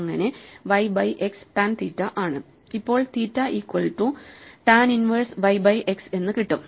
അങ്ങിനെ y by x tan theta ആണ് ഇപ്പോൾ theta equal to tan inverse Y by X എന്ന് കിട്ടും